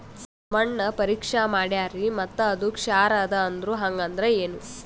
ಮಣ್ಣ ಪರೀಕ್ಷಾ ಮಾಡ್ಯಾರ್ರಿ ಮತ್ತ ಅದು ಕ್ಷಾರ ಅದ ಅಂದ್ರು, ಹಂಗದ್ರ ಏನು?